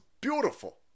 beautiful